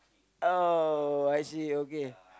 oh I see okay